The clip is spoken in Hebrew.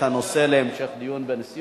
אנחנו נעביר את הנושא להמשך דיון בנשיאות.